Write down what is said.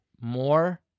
more